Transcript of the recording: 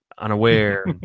unaware